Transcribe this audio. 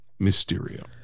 mysterio